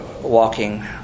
walking